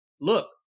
look